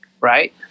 right